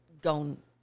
gone